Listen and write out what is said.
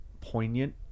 poignant